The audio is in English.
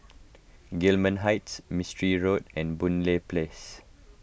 Gillman Heights Mistri Road and Boon Lay Place